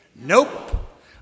nope